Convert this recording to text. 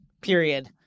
period